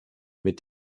mit